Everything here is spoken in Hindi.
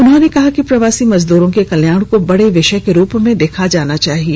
उन्होंने कहा कि प्रवासी मजदूरों के कल्याण को बड़े विषय के रूप में देखना चाहिए